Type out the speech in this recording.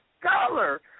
color